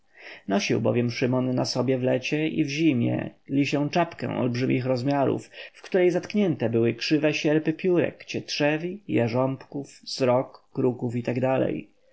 nosił bowiem szymon na sobie w lecie i w zimie lisią czapkę olbrzymich rozmiarów w której zatknięte były krzywe sierpy piórek cietrzewi jarząbków srok kruków i t d